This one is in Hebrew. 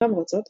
למרות זאת,